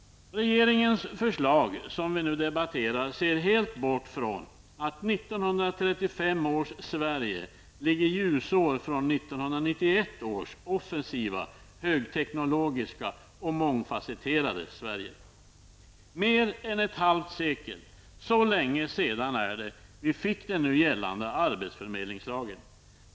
Regeringens förslag som vi nu debatterar bortser från att 1935 års Sverige ligger ljusår från 1991 års offensiva, högteknologiska och mångfasetterade Sverige. Mer än ett halvt sekel -- så länge sedan är det vi fick den nu gällande arbetsförmedlingslagen.